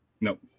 Nope